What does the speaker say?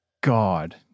God